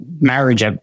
marriage